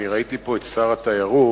ראיתי פה את שר התיירות,